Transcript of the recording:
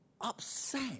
upset